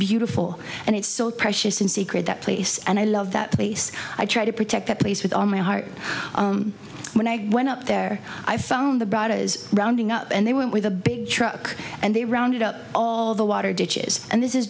beautiful and it's so precious and secret that place and i love that place i try to protect that place with all my heart when i went up there i found the bright is rounding up and they went with a big truck and they rounded up all the water ditches and this is